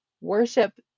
worship